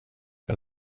jag